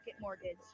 Mortgage